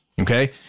Okay